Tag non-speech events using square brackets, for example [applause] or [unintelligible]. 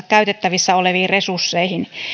[unintelligible] käytettävissä oleviin resursseihin